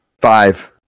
five